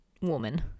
woman